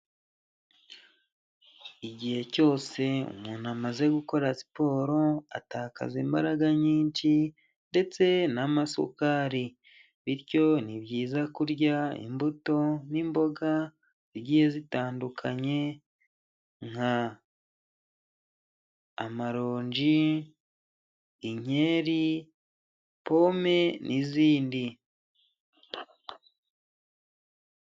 Igihe cyose umuntu amaze gukora siporo atakaza imbaraga nyinshi ndetse n'amasukari, bityo ni byiza kurya imbuto n'imboga zigiye zitandukanye nka: amaronji, inkeri, pome n'izindi.